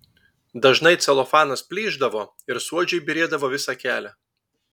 dažnai celofanas plyšdavo ir suodžiai byrėdavo visą kelią